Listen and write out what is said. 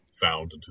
found